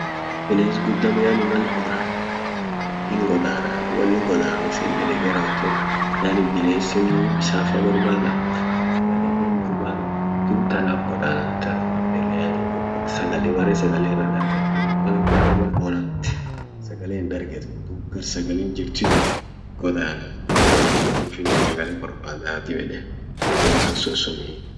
Bines guddan yani mal bona hingodana wonin godanufinen deqe rawote yani binesin bisanfa borbada sagale borbada duub tanaf godana tanumaf deqe bere sagale ira darget dub mal gudda mal bona sagale hindargetuu duub gar sagalen jirtit godana wonin godanufinen sagale bor bad'a dib yede godan sun sunii.